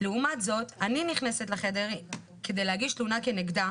לעומת זאת אני נכנסת לחדר כדי להגיש תלונה כנגדה